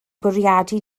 bwriadu